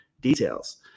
details